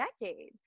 decade